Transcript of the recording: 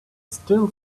still